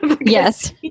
Yes